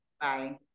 bye